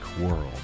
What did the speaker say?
world